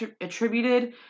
attributed